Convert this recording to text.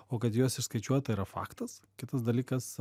o kad juos išskaičiuota yra faktas kitas dalykas